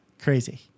crazy